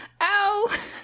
Ow